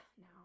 No